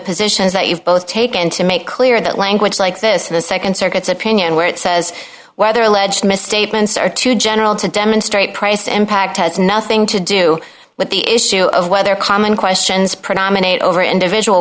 positions that you've both taken to make clear that language like this the nd circuit's opinion where it says whether alleged misstatements are too general to demonstrate price impact has nothing to do with the issue of whether common questions predominate over individual